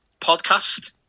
podcast